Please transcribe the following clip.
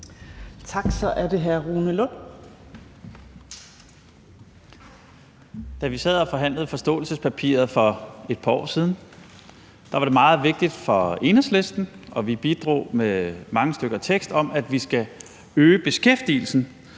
sad og forhandlede forståelsespapiret for et par år siden, var det meget vigtigt for Enhedslisten – og vi bidrog med mange stykker tekst om det – at vi skal øge beskæftigelsen.